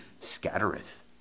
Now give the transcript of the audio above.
scattereth